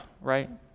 Right